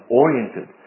oriented